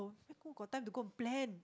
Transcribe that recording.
who got time to go and plan